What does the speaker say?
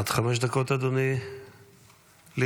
בבקשה, עד חמש דקות, אדוני, לרשותך.